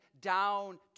down